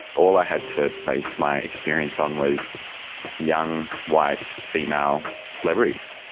all i had to base my experience on was young, white female celebrities.